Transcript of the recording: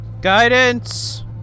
Guidance